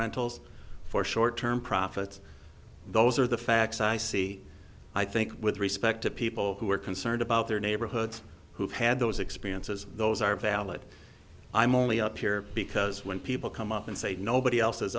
rentals for short term profits those are the facts i see i think with respect to people who are concerned about their neighborhoods who've had those experiences those are valid i'm only up here because when people come up and say nobody else